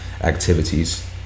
activities